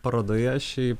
parodoje šį